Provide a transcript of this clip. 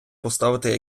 поставити